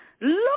look